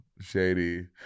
shady